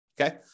Okay